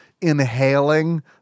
inhaling